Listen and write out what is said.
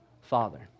Father